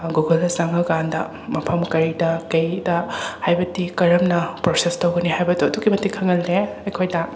ꯒꯨꯒꯜꯗ ꯆꯪꯉꯀꯥꯟꯗ ꯃꯐꯝ ꯀꯩꯗ ꯀꯩꯗ ꯍꯥꯏꯕꯗꯤ ꯀꯔꯝꯅ ꯄ꯭ꯔꯣꯁꯦꯁ ꯇꯧꯒꯅꯤ ꯍꯥꯏꯕꯗꯣ ꯑꯗꯨꯛꯀꯤ ꯃꯇꯤꯛ ꯈꯪꯍꯜꯂꯦ ꯑꯩꯈꯣꯏꯗ